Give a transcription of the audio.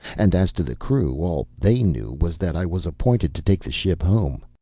and as to the crew, all they knew was that i was appointed to take the ship home.